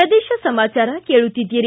ಪ್ರದೇಶ ಸಮಾಚಾರ ಕೇಳುತ್ತಿದ್ದೀರಿ